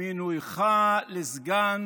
מינויו לסגן